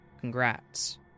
congrats